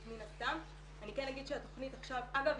מן הסתם ואני כן אגיד שהתכנית עכשיו אגב,